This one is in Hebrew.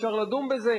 אפשר לדון בזה.